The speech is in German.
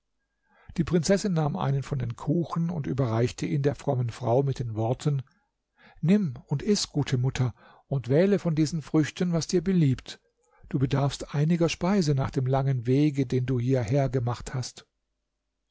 die prinzessin nahm einen von den kuchen und überreichte ihn der frommen frau mit den worten nimm und iß gute mutter und wähle von diesen früchten was dir beliebt du bedarfst einiger speise nach dem langen wege den du hierher gemacht hast